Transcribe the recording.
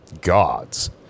gods